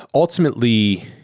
ultimately,